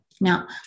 Now